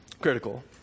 Critical